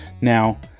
Now